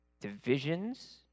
divisions